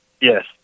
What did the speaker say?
Yes